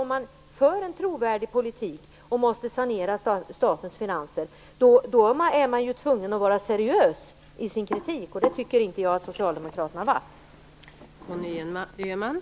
Om man för en trovärdig politik och måste sanera statens finanser är man tvungen att också vara seriös i sin kritik, men det tycker inte jag att Socialdemokraterna har varit.